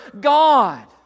God